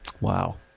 Wow